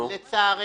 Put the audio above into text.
לצערנו,